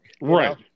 Right